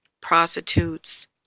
prostitutes